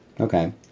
Okay